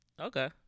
okay